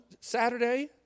Saturday